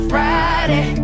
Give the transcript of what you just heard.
Friday